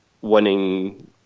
winning